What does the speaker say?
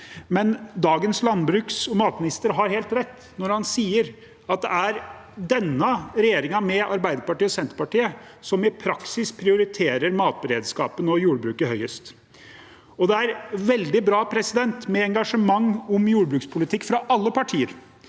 men dagens landbruks- og matminister har helt rett når han sier at det er denne regjeringen, med Arbeiderpartiet og Senterpartiet, som i praksis prioriterer matberedskapen og jordbruket høyest. Det er veldig bra med engasjement om jordbrukspolitikk fra alle partier,